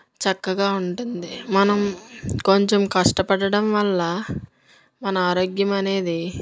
చక్కగా ఉంటుంది మనం కొంచెం కష్ట పడటం వల్ల మన ఆరోగ్యం అనేది